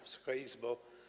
Wysoka Izbo!